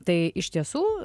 tai iš tiesų